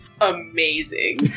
Amazing